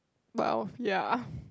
well ya